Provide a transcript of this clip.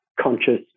conscious